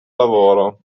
lavoro